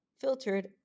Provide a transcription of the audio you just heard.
filtered